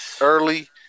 early